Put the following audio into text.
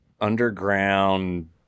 underground